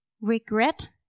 regret